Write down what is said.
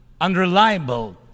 unreliable